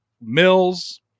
Mills